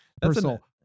personal